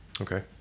Okay